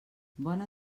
bona